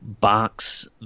box